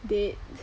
dead